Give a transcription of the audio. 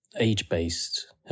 age-based